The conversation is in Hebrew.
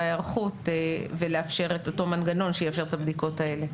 היערכות ולאפשר את המנגנון שיאפשר את הבדיקות האלה.